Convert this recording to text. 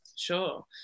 Sure